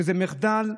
זה מחדל,